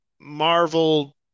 Marvel